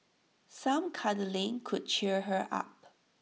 some cuddling could cheer her up